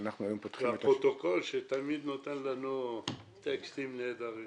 לפרוטוקול שתמיד נותן לנו טקסטים נהדרים.